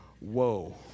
whoa